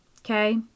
Okay